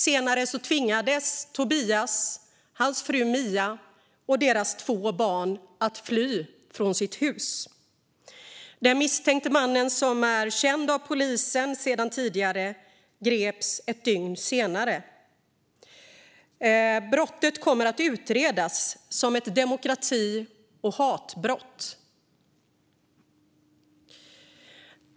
Senare tvingades Tobias, hans fru Mia och deras två barn fly från sitt hus. Den misstänkte mannen, som är känd av polisen sedan tidigare, greps ett dygn senare. Brottet kommer att utredas som ett demokrati och hatbrott.